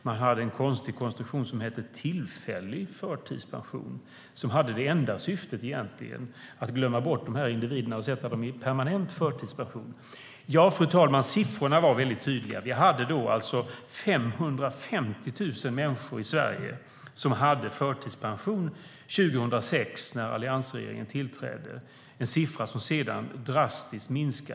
Man hade en konstig konstruktion som hette tillfällig förtidspension, som egentligen hade det enda syftet att glömma bort de här individerna och sätta dem i permanent förtidspension. Fru talman! Siffrorna var väldigt tydliga. År 2006, när alliansregeringen tillträdde, var det i Sverige 550 000 människor som hade förtidspension, en siffra som sedan minskade drastiskt.